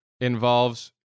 involves